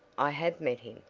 i have met him,